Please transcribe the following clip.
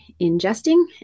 ingesting